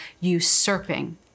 usurping